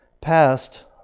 passed